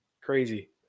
Crazy